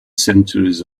centuries